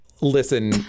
Listen